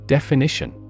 Definition